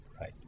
Right